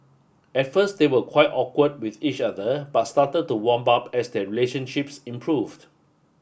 at first they were quite awkward with each other but started to warm up as their relationships improved